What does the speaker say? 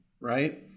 Right